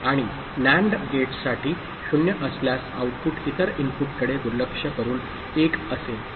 आणि NAND गेटसाठी 0 असल्यास आउटपुट इतर इनपुटकडे दुर्लक्ष करून 1 असेल